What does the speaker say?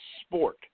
Sport